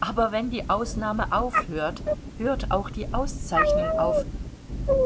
aber wenn die ausnahme aufhört hört auch die auszeichnung auf